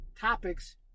topics